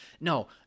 No